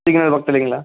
signal பக்கத்துலேங்களா